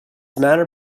manner